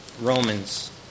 Romans